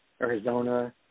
Arizona